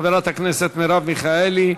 חברת הכנסת מרב מיכאלי,